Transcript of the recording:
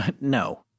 No